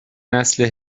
نسل